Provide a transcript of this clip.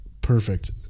Perfect